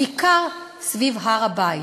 בעיקר סביב הר-הבית.